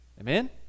Amen